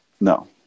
No